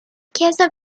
chiesa